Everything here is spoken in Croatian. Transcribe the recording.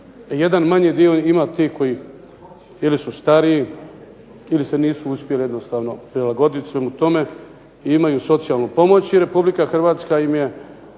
Jedan manji dio ima tih koji ili su stariji ili se nisu uspjeli jednostavno prilagodit svemu tome i imaju socijalnu pomoć i Republika Hrvatska im je